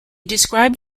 described